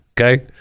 okay